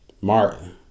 Martin